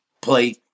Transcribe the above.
Play